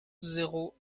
zéro